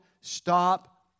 stop